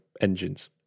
engines